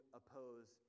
oppose